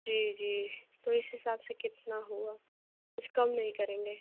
जी जी तो इस हिसाब से कितना हुआ कुछ कम नहीं करेंगे